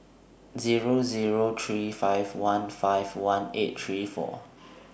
Zero Zero three five one five one eight three four